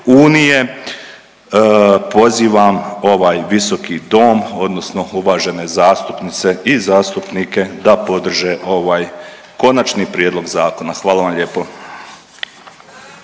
EU pozivam ovaj visoki dom odnosno uvažene zastupnice i zastupnike da podrže ovaj Konačni prijedlog zakona. Hvala vam lijepo.